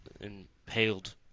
impaled